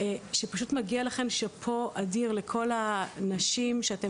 שפשוט מגיע לכם שאפו אדיר לכל הנשים שאתן